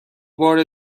بار